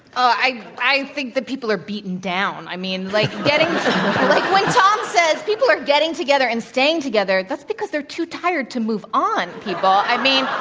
i i think that people are beaten down. i mean, like getting like when tom says people are getting together and staying together, that's because they're too tired to move on, people. i mean,